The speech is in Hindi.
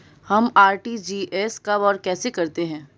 हम आर.टी.जी.एस कब और कैसे करते हैं?